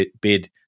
bid